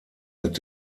mit